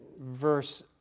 verse